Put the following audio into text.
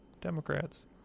Democrats